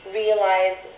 realize